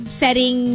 setting